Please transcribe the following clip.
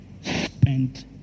spent